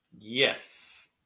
Yes